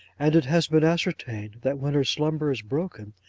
and it has been ascertained that when her slumber is broken,